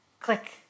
click